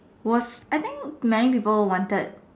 was I think many people wanted